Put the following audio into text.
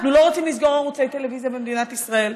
אנחנו לא רוצים לסגור ערוצי טלוויזיה במדינת ישראל.